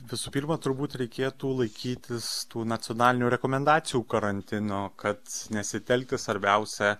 visų pirma turbūt reikėtų laikytis tų nacionalinių rekomendacijų karantino kad nesitelkti svarbiausia